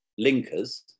linkers